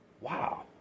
wow